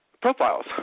profiles